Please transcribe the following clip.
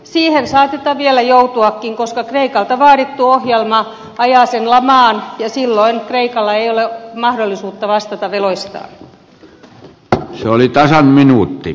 siihen saatetaan vielä joutuakin koska kreikalta vaadittu ohjelma ajaa sen lamaan ja silloin kreikalla ei ole mahdollisuutta vastata veloistaan